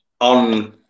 on